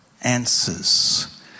answers